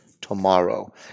tomorrow